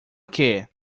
que